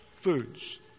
foods